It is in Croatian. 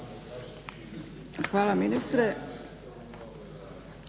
Hvala ministre.